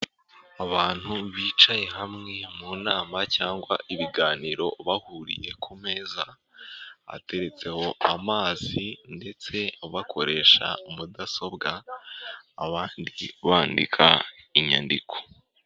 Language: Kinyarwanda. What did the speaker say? Abantu bicaye hamwe mu nama cyangwa ibiganiro bahuriye ku meza ateretseho amazi ndetse bakoresha mudasobwa, abandi bandika inyandiko.